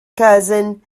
cousin